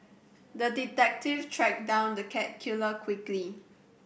the detective tracked down the cat killer quickly